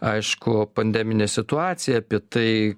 aišku pandeminę situaciją apie tai